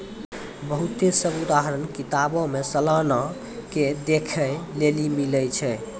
बहुते सभ उदाहरण किताबो मे सलाना के देखै लेली मिलै छै